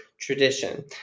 tradition